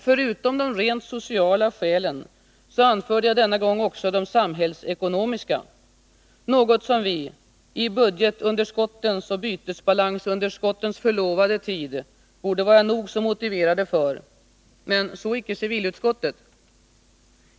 Förutom de rent sociala skälen anförde jag denna gång också de samhällsekonomiska, något som vi i budgetunderskottens och bytesbalansunderskottens förlovade tid borde vara nog så motiverade för. Men så icke civilutskottet!